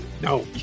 no